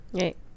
Right